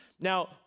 Now